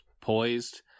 poised